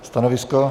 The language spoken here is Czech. Stanovisko?